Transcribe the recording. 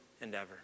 endeavor